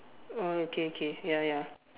uh K K ya ya